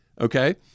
Okay